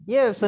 Yes